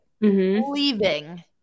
Leaving